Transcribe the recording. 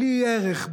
בלי ערך,